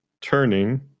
turning